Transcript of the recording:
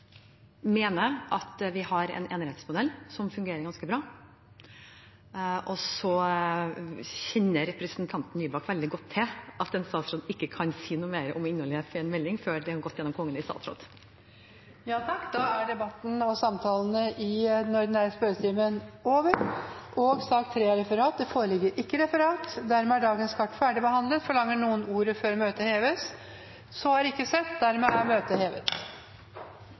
mener at vi har en enerettsmodell som fungerer ganske bra. Så kjenner representanten Nybakk veldig godt til at en statsråd ikke kan si noe mer om innholdet i en melding før den har gått gjennom Kongen i statsråd. Dermed er sak nr. 2 ferdigbehandlet. Det foreligger ikke noe referat. Dermed er dagens kart ferdigbehandlet. Forlanger noen ordet før møtet heves? – Møtet er hevet.